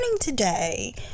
today